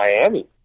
Miami